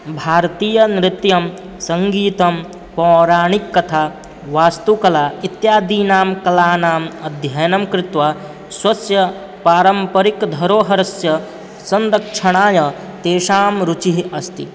भारतीयनृत्यं सङ्गीतं पौराणिककथा वास्तुकला इत्यादीनां कलानाम् अध्ययनं कृत्वा स्वस्य पारम्परिकधरोहरस्य संरक्षणाय तेषां रुचिः अस्ति